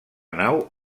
nau